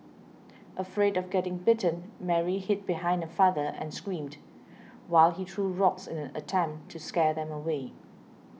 afraid of getting bitten Mary hid behind her father and screamed while he threw rocks in an attempt to scare them away